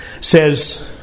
says